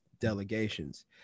delegations